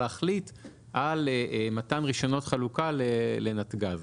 להחליט על מתן רישיונות חלוקה לנתג"ז.